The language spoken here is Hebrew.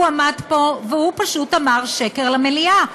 הוא עמד פה והוא פשוט אמר שקר למליאה,